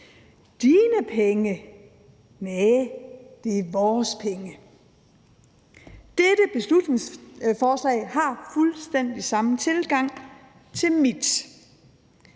Dine penge? Næh, det er vores penge. Dette beslutningsforslag har fuldstændig samme tilgang til »mit«.